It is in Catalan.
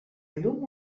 llum